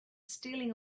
stealing